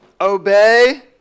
obey